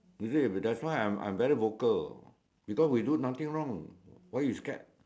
you see that's why I'm I'm very vocal because we do nothing wrong why you scared